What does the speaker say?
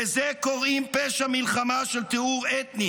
לזה קוראים פשע מלחמה של טיהור אתני